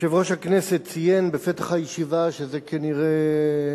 יושב-ראש הכנסת ציין בפתח הישיבה שזו כנראה,